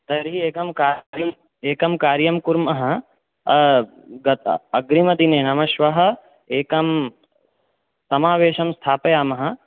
तर्हि एकं कार्यम् एकं कार्यं कुर्मः गत अग्रिमदिने नाम श्वः एकं समावेशं स्थापयामः